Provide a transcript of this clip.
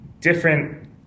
different